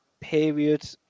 period